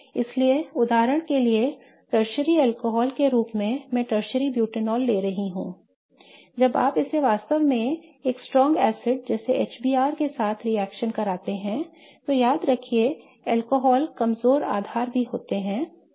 इसलिए उदाहरण के लिए टर्शरी अल्कोहल के रूप में मैं टर्शरी ब्यूटेनॉल ले रहा हूं जब आप इसे वास्तव में मजबूत एसिड जैसे HBr के साथ रिएक्शन करते हैं तो याद रखिए अल्कोहल कमजोर आधार भी होते हैं